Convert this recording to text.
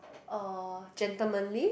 uh gentlemanly